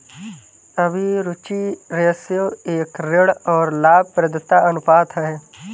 अभिरुचि रेश्यो एक ऋण और लाभप्रदता अनुपात है